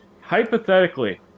Hypothetically